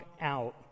out